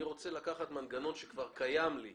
אתה רוצה לקחת מנגנון שכבר קיים לך